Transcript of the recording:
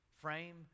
Frame